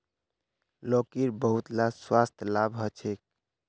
लौकीर बहुतला स्वास्थ्य लाभ ह छेक